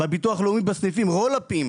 בביטוח הלאומי בסניפים רול-אפים,